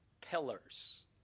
pillars